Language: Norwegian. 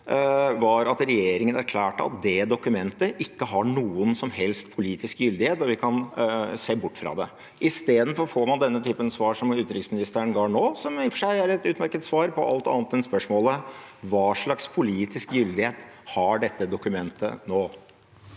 var at regjeringen erklærte at det dokumentet ikke har noen som helst politisk gyldighet, og at vi kan se bort fra det. I stedet får man denne typen svar som utenriksministeren ga nå, som i og for seg er et utmerket svar på alt annet enn spørsmålet: Hva slags politisk gyldighet har dette dokumentet nå?